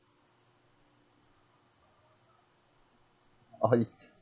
orh he